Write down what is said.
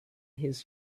his